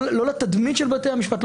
לא לתדמית של בתי המשפט,